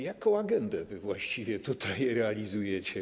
Jaką agendę wy właściwie tutaj realizujecie?